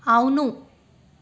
అవును